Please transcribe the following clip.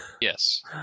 yes